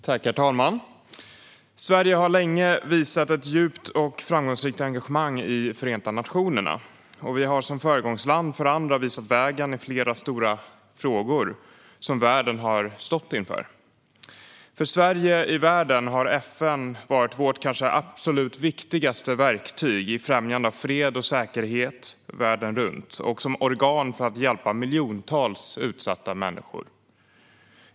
Herr talman! Sverige har länge visat ett djupt och framgångsrikt engagemang i Förenta nationerna. Vi har som föregångsland för andra visat vägen i flera stora frågor som världen har stått inför. För Sverige i världen har FN varit vårt kanske absolut viktigaste verktyg i främjandet av fred och säkerhet världen runt, och det fungerar som ett organ för att hjälpa miljontals utsatta människor.